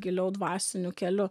giliau dvasiniu keliu